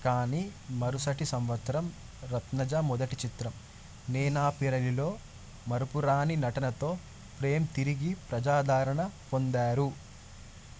కానీ మరుసటి సంవత్సరం రత్నజ మొదటి చిత్రం నేనాపెరవిలో మరపురాని నటనతో ప్రేమ్ తిరిగి ప్రజాదరణ పొందారు